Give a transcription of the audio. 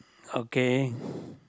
okay